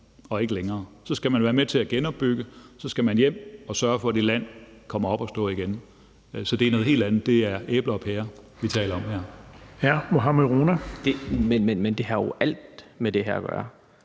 og ikke længere. Så skal man være med til at genopbygge; så skal man hjem og sørge for, at det land kommer op at stå igen. Så det er noget helt andet. Det er æbler og pærer, vi taler om her. Kl. 18:23 Den fg. formand (Erling